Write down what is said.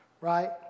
right